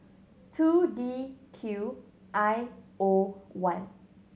two D Q I O one